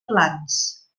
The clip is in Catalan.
plans